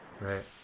Right